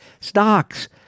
stocks